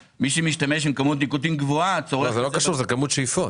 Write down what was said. זאת כמות שאיפות.